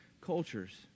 cultures